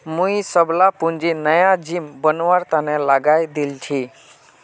मुई सबला पूंजी नया जिम बनवार तने लगइ दील छि